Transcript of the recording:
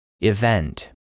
Event